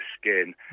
skin